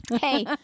Hey